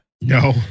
No